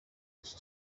iki